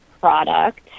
product